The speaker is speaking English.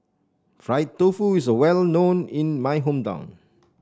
Fried Tofu is well known in my hometown